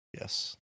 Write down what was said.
Yes